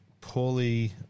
poorly